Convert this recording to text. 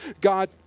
God